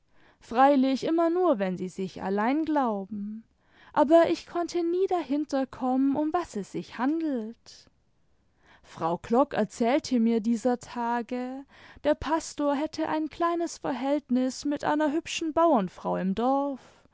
freilich inrnier nur wenn sie sich allein glauben aber ich konnte nie dahinter kommen um was es sich handelt frau klock erzählte mir dieser tage der pastor hätte ein kleines verhältnis mit einer hübschen bauernfrau im dorf